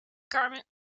garment